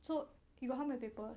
so you got how many paper